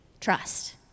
trust